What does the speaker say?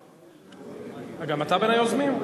גם אתה בין היוזמים?